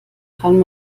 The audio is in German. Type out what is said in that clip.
kann